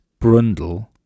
Brundle